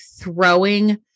throwing